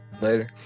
later